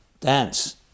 dance